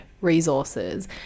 resources